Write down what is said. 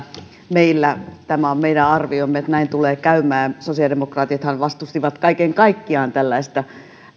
meillä tämä on meidän arviomme että näin tulee käymään sosiaalidemokraatithan vastustivat kaiken kaikkiaan tällaista